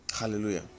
hallelujah